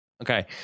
Okay